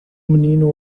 menino